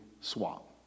swap